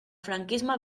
franquisme